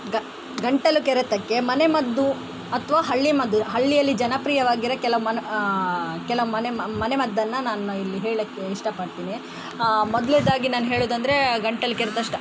ಗ ಗಂಟಲು ಕೆರೆತಕ್ಕೆ ಮನೆಮದ್ದು ಅಥವಾ ಹಳ್ಳಿಮದ್ದು ಹಳ್ಳಿಯಲ್ಲಿ ಜನಪ್ರಿಯವಾಗಿರೋ ಕೆಲವು ಮನೆ ಕೆಲವು ಮನೆಮದ್ದನ್ನು ನಾನು ಇಲ್ಲಿ ಹೇಳೋಕ್ಕೆ ಇಷ್ಟಪಡ್ತೀನಿ ಮೊದಲ್ನೇದಾಗಿ ನಾನು ಹೇಳುವುದಂದ್ರೆ ಗಂಟಲು ಕೆರೆತ ಸ್ಟಾ